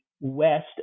West